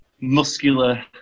muscular